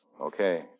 Okay